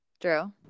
Drew